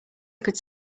could